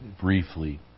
briefly